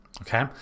okay